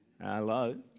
Hello